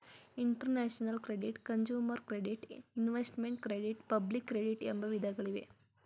international credit, consumer credit, investment credit public credit ಎಂಬ ವಿಧಗಳಿವೆ